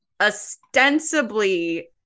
ostensibly